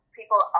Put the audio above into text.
people